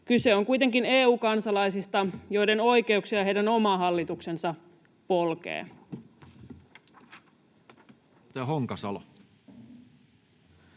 Kyse on kuitenkin EU-kansalaisista, joiden oikeuksia heidän oma hallituksensa polkee.